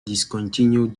discontinued